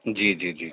جی جی جی